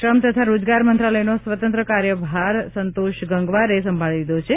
શ્રમ તથા રોજગાર મંત્રાલયનો સ્વતંત્ર કાર્યભાર સંતોષ ગંગવારે સંભાળી લીધો છે